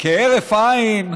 כהרף עין,